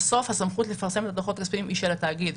בסוף הסמכות לפרסם את הדוחות הכספיים היא של התאגיד.